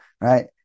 right